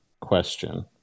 question